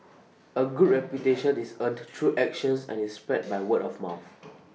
A good reputation is earned to through actions and is spread by word of mouth